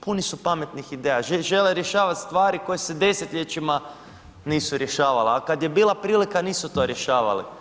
Puni su pametnih ideja, žele rješavat stvari koje se desetljećima nisu rješavale a kad je bila prilika, nisu to rješavali.